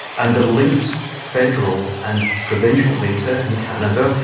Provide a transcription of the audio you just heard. and the linked federal and provincial data in canada,